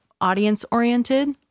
audience-oriented